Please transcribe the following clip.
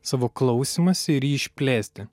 savo klausymąsi ir jį išplėsti